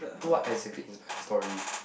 what exactly is bad story